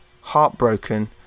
heartbroken